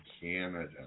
Canada